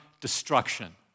destruction